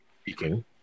speaking